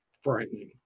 frightening